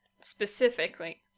specifically